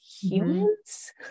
humans